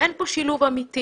אין פה שילוב אמיתי